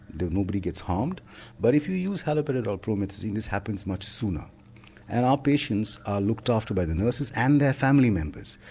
nobody gets harmed but if you use haloperidol promethazine this happens much sooner and our patients are looked after by the nurses and their family members.